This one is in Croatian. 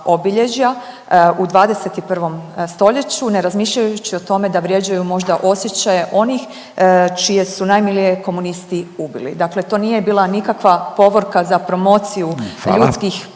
u 21. stoljeću ne razmišljajući o tome da vrijeđaju možda osjećaje čije su najmilije komunisti ubili. Dakle, to nije bila nikakva povorka za promociju ljudskih